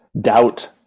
doubt